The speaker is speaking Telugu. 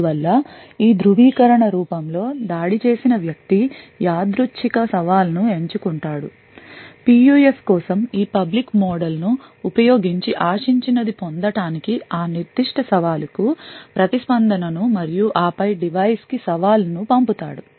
అందువల్ల ఈ ధృవీకరణ రూపంలో దాడి చేసిన వ్యక్తి యాదృచ్ఛిక సవాలును ఎంచుకుంటాడు PUF కోసం ఈ పబ్లిక్ మోడల్ను ఉపయోగించి ఆశించినది పొందటానికి ఆ నిర్దిష్ట సవాలుకు ప్రతిస్పందనను మరియు ఆపైడివైస్ కి సవాలును పంపుతాడు